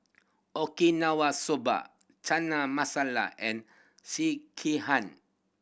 Okinawa Soba Chana Masala and Sekihan